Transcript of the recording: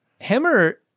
Hammer